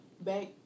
back